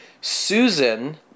Susan